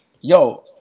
Yo